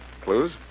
Clues